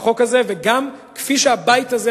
וגם כפי שהבית הזה,